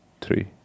three